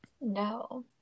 No